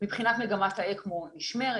מבחינת מגמת האקמו: היא נשמרת.